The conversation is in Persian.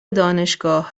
دانشگاه